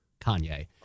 Kanye